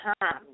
time